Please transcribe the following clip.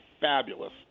fabulous